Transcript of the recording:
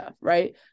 right